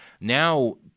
Now